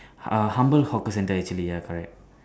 a humble hawker centre actually ya correct